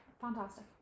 Fantastic